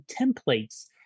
templates